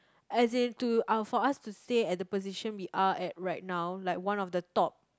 as in to uh for us to stay at the position we are at right now like one of the top